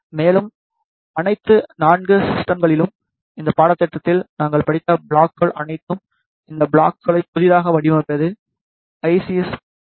மேலும் அனைத்து 4 சிஸ்டம்களிலும் இந்த பாடத்திட்டத்தில் நாங்கள் படித்த ப்ளாக்கள் அனைத்தும் இந்த ப்ளாக்களை புதிதாக வடிவமைப்பது ஐ